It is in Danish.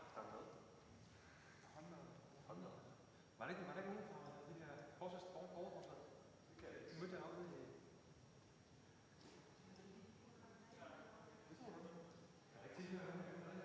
Hvad er det